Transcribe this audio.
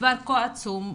מספר כה עצום,